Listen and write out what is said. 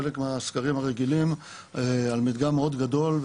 חלק מהסקרים הרגילים על מדגם מאוד גדול,